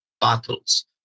battles